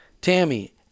Tammy